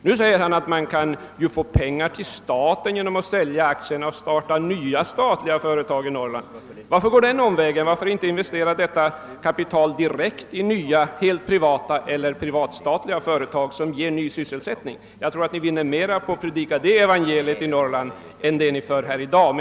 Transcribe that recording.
Nu säger herr Ohlin att man kan skaffa pengar till staten genom att sälja aktierna och därmed starta nya statliga företag i Norrland. Varför gå denna omväg? Varför inte investera detta kapital direkt i nya helt privata eller privat-statliga företag som ger ny sysselsättning? Jag tror att ni skulle vinna mera på att predika ett sådant evangelium i Norrland än det ni framför här i dag.